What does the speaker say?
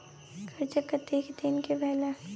कर्जा कत्ते दिन के भेलै?